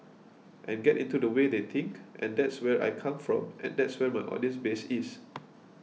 and get into the way they think and that's where I come from and that's where my audience base is